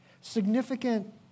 significant